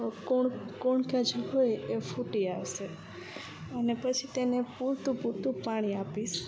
કોણ કોણ કે જે હોય એ ફૂટી આવશે અને પછી તેને પૂરતું પૂરતું પાણી આપીશ